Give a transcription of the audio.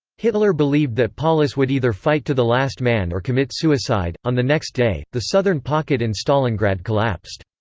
hitler believed that paulus would either fight to the last man or commit suicide on the next day, the southern pocket in stalingrad collapsed.